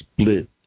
split